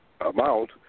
amount